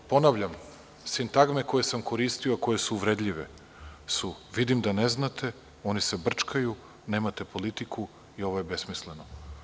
Ponavljam, sintagme koje sam koristio a koje su uvredljive su – vidim da ne znate, oni se brčkaju, nemate politiku i ovo je besmisleno.